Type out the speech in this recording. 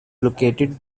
located